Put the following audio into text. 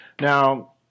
now